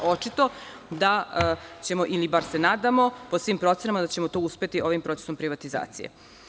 Očito je da ćemo, ili bar se nadamo, po svim procenama da ćemo to uspeti ovim procesom privatizacije.